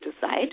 decide